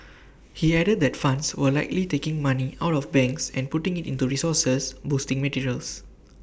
he added that funds were likely taking money out of banks and putting IT into resources boosting materials